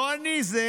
זה לא אני, זה הם.